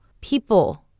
people